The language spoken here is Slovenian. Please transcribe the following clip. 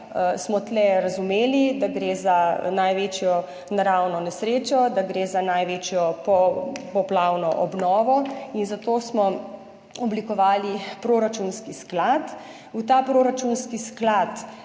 smo tu razumeli, da gre za največjo naravno nesrečo, da gre za največjo popoplavno obnovo in zato smo oblikovali proračunski sklad. V proračunski sklad